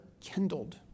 kindled